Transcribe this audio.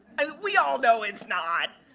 ah we all know it's not.